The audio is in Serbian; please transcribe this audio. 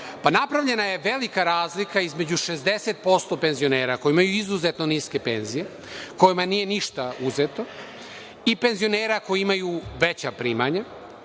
tu? Napravljena je velika razlika između 60% penzionera, koji imaju izuzetno niske penzije, kojima nije ništa uzeto i penzionera koji imaju veća primanja,